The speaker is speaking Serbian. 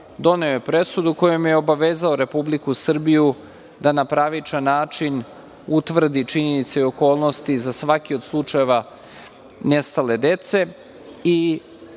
doneo je presudu kojom je obavezao Republiku Srbiju da na pravičan način utvrdi činjenice i okolnosti za svaki od slučajeva nestale dece